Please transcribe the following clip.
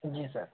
जी sir